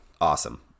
Awesome